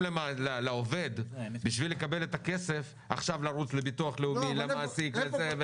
לעובד לרוץ להרבה מקומות על מנת להשיג את הכסף,